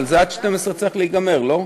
אבל זה עד 24:00 צריך להיגמר, לא?